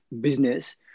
business